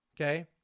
okay